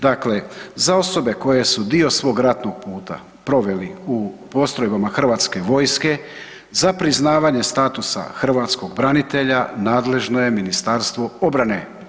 Dakle za osobe koje su dio svog ratnog puta proveli u postrojbama hrvatske vojske, za priznavanje statusa hrvatskog branitelja, nadležno je Ministarstvo obrane.